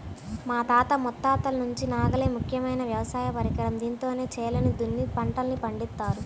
మా తాత ముత్తాతల నుంచి నాగలే ముఖ్యమైన వ్యవసాయ పరికరం, దీంతోనే చేలను దున్ని పంటల్ని పండిత్తారు